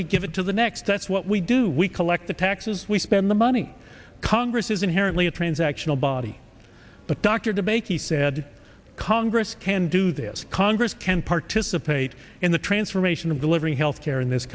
we give it to the next that's what we do we collect the taxes we spend the money congress is inherently a transactional body but dr de bakey said congress can do this congress can participate in the transformation of delivering health care in this